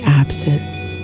absence